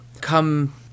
Come